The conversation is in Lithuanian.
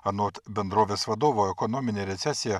anot bendrovės vadovo ekonominė recesija